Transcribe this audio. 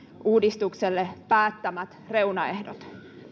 uudistukselle päättämät reunaehdot